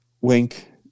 Wink